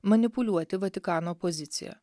manipuliuoti vatikano pozicija